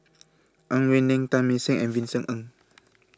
Ang Wei Neng Teng Mah Seng and Vincent Ng